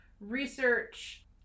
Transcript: research